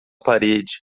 parede